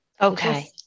Okay